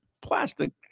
plastic